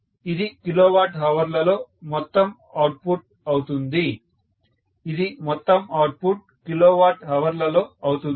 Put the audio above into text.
ఇది kw hr లలో మొత్తం అవుట్పుట్ అవుతుంది ఇది మొత్తం అవుట్పుట్ kWh లలో అవుతుంది